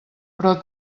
però